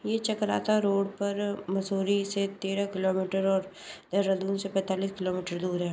यह चकराता रोड पर मसूरी से तेरह किलोमीटर और देहरादून से पैंतालीस किलोमीटर दूर है